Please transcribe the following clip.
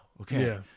okay